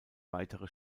weitere